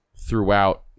throughout